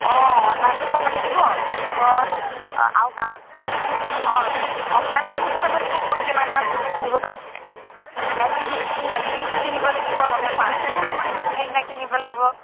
অঁ অনলাইনতো চাব লাগিব তাৰপিছত আৰু কাৰোবাক অফলাইনটো সুধি চাব লাগিব ক'ত কিমান দাম তেতিয়া কিনিব পাৰিম মেচিং মেচিং নেইলপলিচো কিনিব লাগিব লগাই পাৰফিউমো ল'ব লাগিব ধুনীয়া ধুনীয়া কিনিব লাগিব